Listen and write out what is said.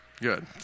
good